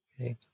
Okay